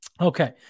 Okay